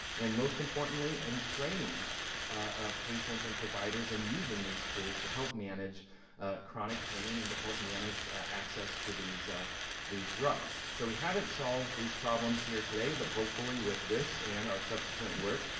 and most importantly in training ah patients and providers and using these tools to help manage chronic pain and to help manage access to these these drugs. so we haven't solved these problems here today, but hopefully with this and our subsequent work,